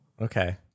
Okay